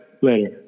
Later